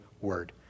word